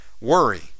worry